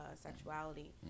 sexuality